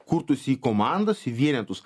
kurtųsi į komandas į vienetus